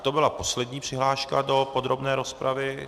To byla poslední přihláška do podrobné rozpravy.